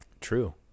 True